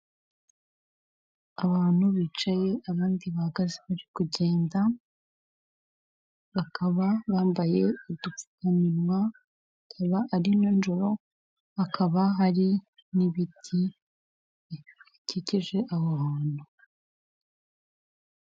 Abantu bicaye abandi bahagaze bari kugenda, bakaba bambaye udupfuwa, bikaba ari nijoro hakaba hari n'ibiti bikikije aho hantu.